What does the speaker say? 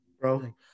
bro